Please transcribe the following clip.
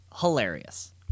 hilarious